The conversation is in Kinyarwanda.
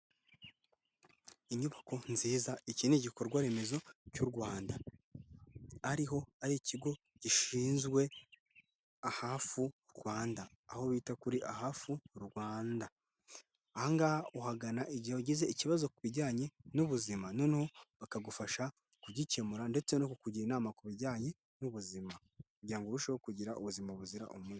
Inyubako nziza, iki ni igikorwa remezo cy'u Rwanda, ariho hari ikigo gishinzwe Ahafu Rwanda, aho bita kuri Ahafu Rwanda; aha ngaha uhagana igihe wagize ikibazo ku bijyanye n'ubuzima, noneho bakagufasha kugikemura ndetse no kukugira inama ku bijyanye n'ubuzima, kugira ngo urusheho kugira ubuzima buzira umuze.